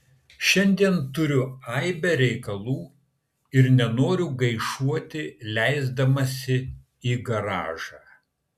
šiandien turiu aibę reikalų ir nenoriu gaišuoti leisdamasi į garažą